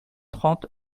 trente